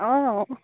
অঁ